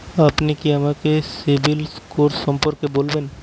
আপনি কি আমাকে সিবিল স্কোর সম্পর্কে বলবেন?